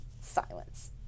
silence